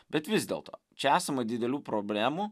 bet vis dėlto čia esama didelių problemų